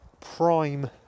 prime